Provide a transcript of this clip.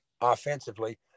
offensively